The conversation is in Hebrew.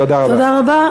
תודה רבה.